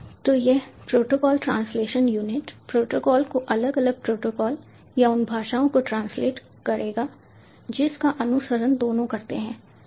तो यह protocol translation unit protocol को अलग अलग प्रोटोकॉल या उन भाषाओं को ट्रांसलेट करेगा जिनका अनुसरण दोनों करते हैं ठीक है